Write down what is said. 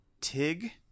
Tig